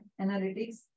analytics